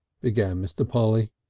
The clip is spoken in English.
began mr. polly.